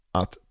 att